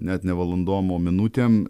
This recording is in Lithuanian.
net ne valandom o minutėm